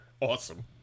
awesome